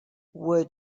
were